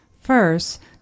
First